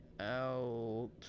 out